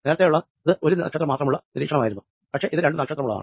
നേരത്തേയുള്ളത് ഒരു നക്ഷത്രം ഉള്ള നിരീക്ഷണമായിരുന്നു പക്ഷെ ഇത് രണ്ടു നക്ഷത്രമുള്ളതാണ്